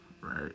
right